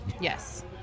Yes